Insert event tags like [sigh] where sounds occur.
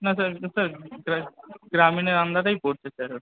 না sir sir [unintelligible] গ্রামীণের আন্ডারেই পড়ছে স্যার